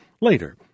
later